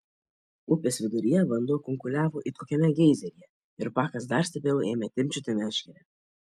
upės viduryje vanduo kunkuliavo it kokiame geizeryje ir pakas dar stipriau ėmė timpčioti meškerę